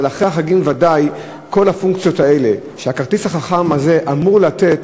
אבל אחרי החגים ודאי כל הפונקציות האלה שהכרטיס החכם הזה אמור לתת,